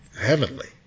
heavenly